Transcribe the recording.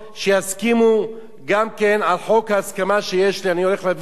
שיסכימו גם כן על חוק ההסכמה שאני הולך להביא,